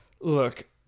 Look